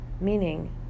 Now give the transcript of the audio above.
Meaning